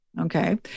okay